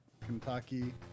Kentucky